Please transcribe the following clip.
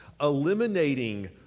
eliminating